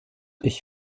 ich